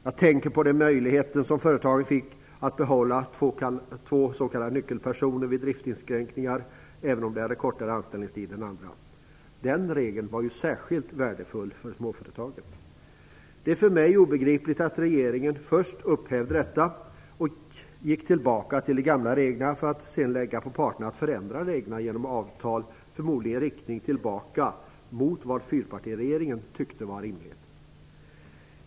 Jag tänker på den möjlighet som företagen fick att behålla två s.k. nyckelpersoner vid driftsinskränkningar även om de hade kortare anställningstid än andra. Den regeln var särskilt värdefull för småföretagen. Det är för mig obegripligt att regeringen först upphävde detta och gick tillbaka till de gamla reglerna, för att sedan lägga på parterna att förändra reglerna genom avtal, förmodligen i riktning tillbaka mot vad fyrpartiregeringen tyckte var rimligt.